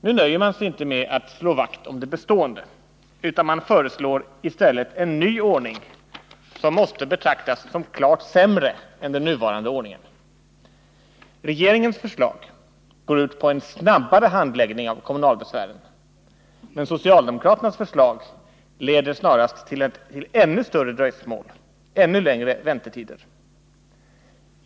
Nu nöjer sig socialdemokraterna inte med att slå vakt om det bestående, utan de föreslår i stället en ny ordning som måste betraktas som klart sämre än den nuvarande ordningen. Regeringens förslag går ut på att få till stånd en snabbare handläggning av kommunalbesvären, men socialdemokraternas förslag leder snarast till ännu större dröjsmål, ännu längre väntetider.